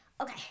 Okay